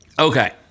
Okay